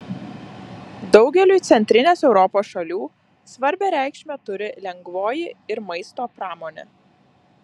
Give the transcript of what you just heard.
daugeliui centrinės europos šalių svarbią reikšmę turi lengvoji ir maisto pramonė